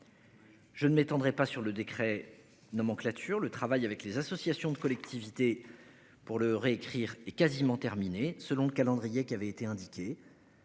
Je ne m'étendrai pas sur le décret nomenclature le travail avec les associations, de collectivités pour le réécrire est quasiment terminée, selon le calendrier qui avait été indiqué.